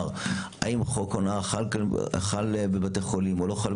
האם חוק הונאה חל בבתי החולים או לא,